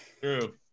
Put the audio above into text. true